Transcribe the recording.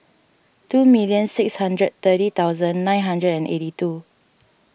two million six hundred thirty thousand nine hundred and eighty two